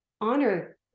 honor